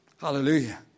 Hallelujah